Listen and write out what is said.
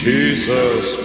Jesus